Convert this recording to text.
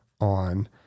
on